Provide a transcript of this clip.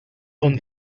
bon